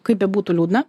kaip bebūtų liūdna